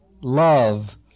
Love